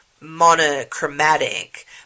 monochromatic